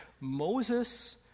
Moses